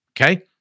Okay